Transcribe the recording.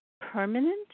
permanent